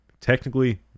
Technically